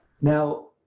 Now